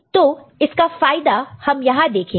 तो इसका फायदा हम यहां देखेंगे